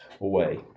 away